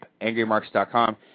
angrymarks.com